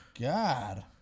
god